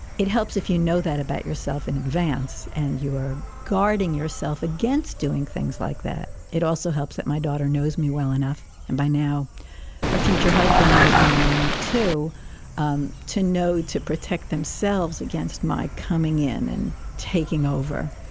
it helps if you know that about your your and advance and your guarding yourself against doing things like that. it also helps that my daughter knows me well enough, and by now her future husband knows me well enough to um to know to protect themselves against my coming in and taking over.